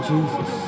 Jesus